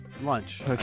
Lunch